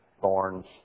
thorns